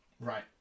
Right